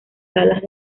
salas